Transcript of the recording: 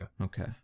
okay